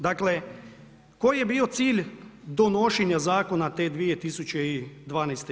Dakle, koji je bio cilj donošenje zakona te 2012.